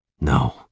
No